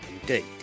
indeed